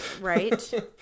Right